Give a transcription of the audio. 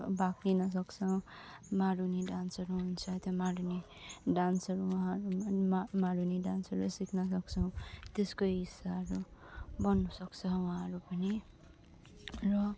भाग लिन सक्छ मारुनी डान्सहरू हुन्छ त्यो मारुनी डान्सहरूमा मा मारुनी डान्सहरू सिक्न सक्छौँ त्यसको हिस्साहरू बन्न सक्छ उहाँहरू पनि र